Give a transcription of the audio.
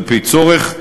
על-פי הצורך.